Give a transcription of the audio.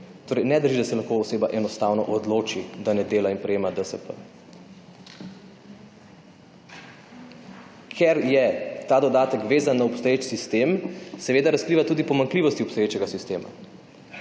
Torej ne drži, da se lahko oseba enostavno odloči, da ne dela in prejema DSP. Ker je ta dodatek vezan na obstoječ sistem, seveda razkriva tudi pomanjkljivosti obstoječega sistema.